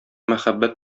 мәхәббәт